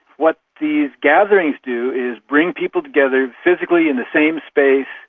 what these gatherings do is bring people together physically in the same space,